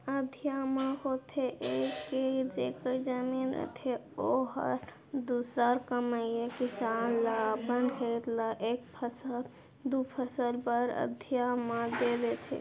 अधिया म होथे ये के जेखर जमीन रथे ओहर दूसर कमइया किसान ल अपन खेत ल एक फसल, दू फसल बर अधिया म दे देथे